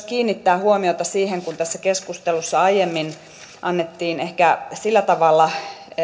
kiinnittää huomiota myös siihen että kun tässä keskustelussa aiemmin annettiin ehkä sillä tavalla